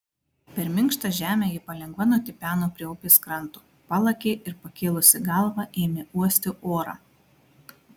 per minkštą žemę ji palengva nutipeno prie upės kranto palakė ir pakėlusi galvą ėmė uosti orą